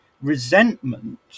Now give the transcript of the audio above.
resentment